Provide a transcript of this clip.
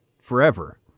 forever